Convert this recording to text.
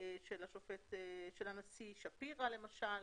של הנשיא שפירא למשל